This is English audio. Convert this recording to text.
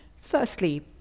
firstly